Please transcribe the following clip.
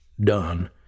done